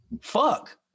fuck